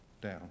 down